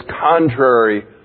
contrary